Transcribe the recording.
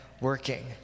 working